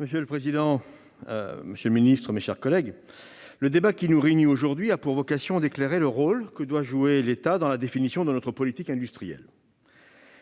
Monsieur le président, monsieur le ministre, mes chers collègues, le débat qui nous réunit aujourd'hui a pour vocation d'éclairer le rôle que doit jouer l'État dans la définition de notre politique industrielle.